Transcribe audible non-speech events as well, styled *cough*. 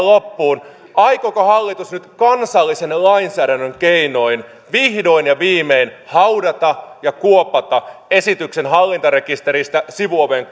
*unintelligible* loppuun aikooko hallitus nyt kansallisen lainsäädännön keinoin vihdoin ja viimein haudata ja kuopata esityksen hallintarekisteristä sivuoven *unintelligible*